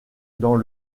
dans